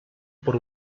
por